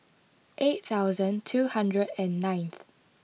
eight thousand two hundred and ninth